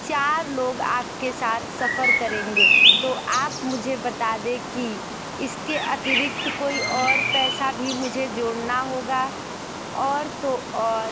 चार लोग आपके साथ सफ़र करेंगे तो आप मुझे बता दें कि इसके अतिरिक्त कोई और पैसा भी मुझे जोड़ना होगा और तो और